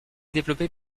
développé